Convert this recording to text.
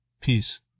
Peace